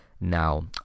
now